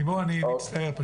לימור, אני מצטער.